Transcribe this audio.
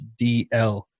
DL